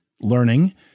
learning